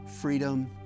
freedom